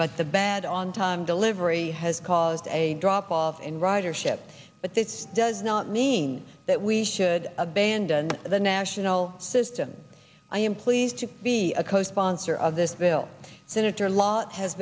but the bad on time delivery has caused a drop off in ridership but this does not mean that we should abandon the national system i am pleased to be a co sponsor of this bill senator lott has